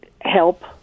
help